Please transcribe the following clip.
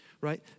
right